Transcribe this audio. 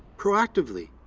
proactively,